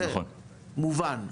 זה מובן.